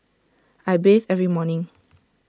I bathe every morning